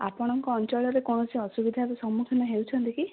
ଆପଣଙ୍କ ଅଞ୍ଚଳରେ କୌଣସି ଅସୁବିଧାର ସମ୍ମୁଖୀନ ହେଉଛନ୍ତି କି